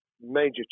major